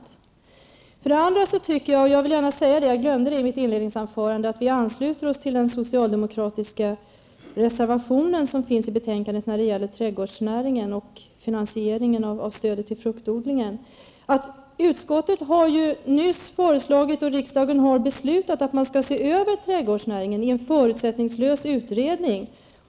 Jag glömde säga i mitt inledningsanförande att vi ansluter oss till den socialdemokratiska reservationen som finns i betänkandet när det gäller trädgårdsnäringen och finansieringen av stödet till fruktodlingen. Riksdagen har nyss beslutat, på förslag av utskottet, att man skall se över trädgårdsnäringen i en förutsättningslös utredning.